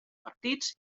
partits